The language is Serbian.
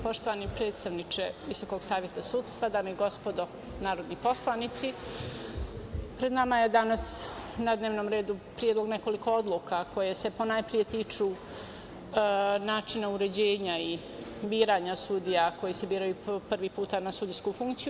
Poštovani predstavničke Visokog saveta sudstva, dame i gospodo narodni poslanici, pred nama je danas na dnevnom redu predlog nekoliko odluka koje se ponajpre tiču načina uređenja i biranja sudija koji se biraju po prvi put na sudijski funkciju.